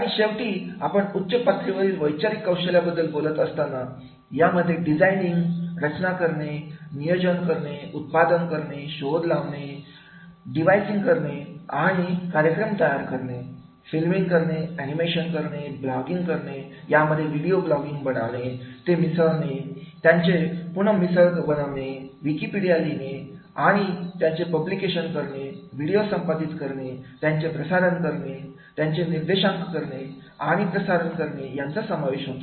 आणि शेवटी आपण उच्च पातळीवरील वैचारिक कौशल्य बद्दल बोलत असताना यामध्ये डिझायनिंग रचना करणे नियोजन करणे उत्पादन करणे शोध लावणे डिवाइस इन करणे आणि कार्यक्रम तयार करणे फिल्मिंग करणे एनिमेशन करणे ब्लॉगिंग करणे यामध्ये व्हिडिओ ब्लॉगिंग बनवणे ते मिसळणे त्याचे पुन्हा मिसळ बनवणे विकिपीडिया लिहिणे त्याची पब्लिकेशन करणे व्हिडिओ संपादित करणे त्याचे प्रसारण करणे त्याची निर्देशांक करणे आणि प्रसारण करणे या सर्वांचा समावेश होतो